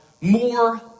more